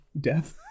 Death